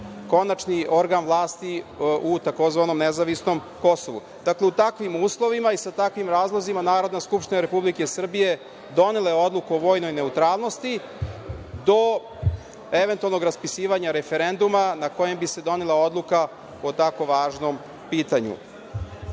konačni organ vlasti u tzv. nezavisnom kosovu. Dakle, u takvim uslovima i sa takvim razlozima Narodna skupština Republike Srbije donela je odluku o vojnoj neutralnosti do eventualnog raspisivanja referenduma na kojem bi se donela odluka o takvom važnom pitanju. Kada